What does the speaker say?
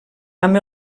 amb